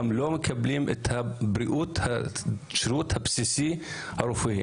לא מקבלים את השירות הבסיסי הרפואי.